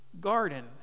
garden